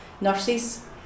nurses